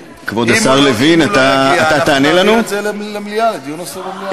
בעד, אין מתנגדים.